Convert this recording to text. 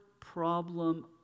problem